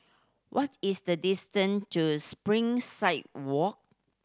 what is the distance to Springside Walk